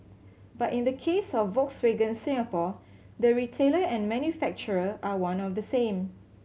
but in the case of Volkswagen Singapore the retailer and manufacturer are one of the same